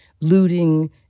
looting